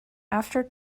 after